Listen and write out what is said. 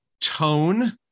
tone